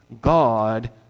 god